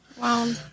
Wow